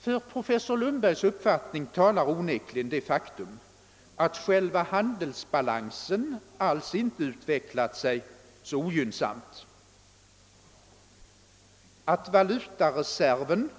För professor Lundbergs uppfattning talar onekligen det faktum, att själva handelsbalansen alls inte utvecklat sig ogynnsamt. För bedömning